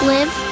Live